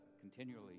continually